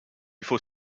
faut